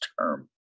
term